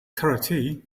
karate